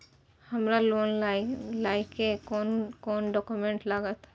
हमरा लोन लाइले कोन कोन डॉक्यूमेंट लागत?